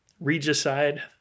regicide